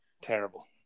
Terrible